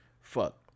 fuck